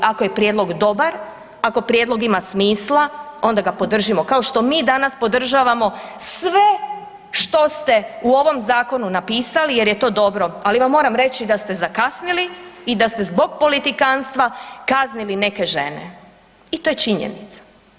Ako je prijedlog dobar, ako prijedlog ima smisla, onda ga podržimo, kao što mi danas podržavao sve što ste u ovom Zakonu napisali jer je to dobro, ali vam moram reći da ste zakasnili i da ste zbog politikantstva kaznili neke žene i to je činjenica.